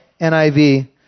NIV